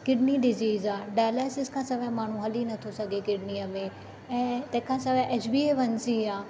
kidney disease आहे dialysis खां सवाइ माण्हू हली नथो सघे किडनीअ में ऐं तिंहिं खां सवाइ H B A one C आहे